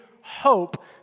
hope